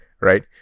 right